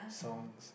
songs